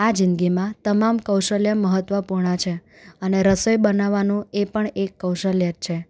આ જિંદગીમાં તમામ કૌશલ્ય મહત્ત્વપૂર્ણ છે અને રસોઈ બનાવવાનું એ પણ એક કૌશલ્ય જ છે